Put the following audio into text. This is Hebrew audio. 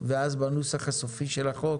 ואז בנוסח הסופי של החוק